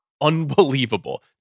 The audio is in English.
unbelievable